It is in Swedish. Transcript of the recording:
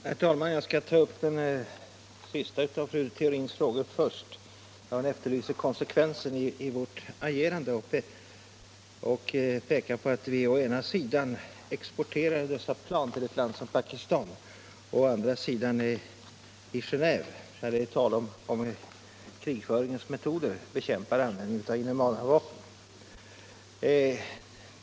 Herr talman! Jag skall ta upp den första av fru Theorins frågor först. Hon efterlyser konsekvensen i vårt agerande och pekar på att vi å ena sidan exporterar dessa plan till ett land som Pakistan och å andra sidan är i Genéve och, när det talas om krigföringsmetoder, bekämpar användningen av inhumana vapen.